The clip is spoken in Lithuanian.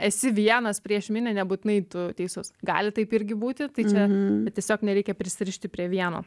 esi vienas prieš minią nebūtinai tu teisus gali taip irgi būti tai čia tiesiog nereikia prisirišti prie vieno